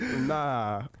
Nah